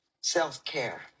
Self-care